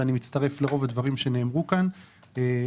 ואני מצטרף לדברים שנאמרו פה רובם,